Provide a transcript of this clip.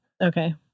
Okay